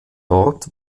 dort